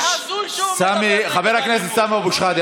זה הזוי שהוא מדבר נגד האלימות.